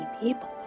people